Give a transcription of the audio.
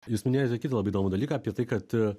jūs minėjote kitą labai įdomų dalyką apie tai kad